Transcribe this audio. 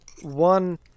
one